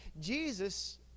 Jesus